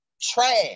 trash